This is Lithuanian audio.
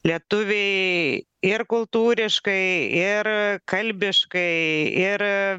lietuviai ir kultūriškai ir kalbiškai ir